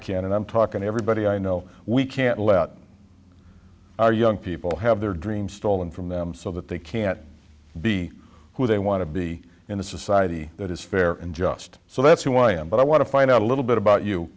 can and i'm talking to everybody i know we can't let our young people have their dreams stolen from them so that they can be who they want to be in a society that is fair and just so that's who i am but i want to find out a little bit about you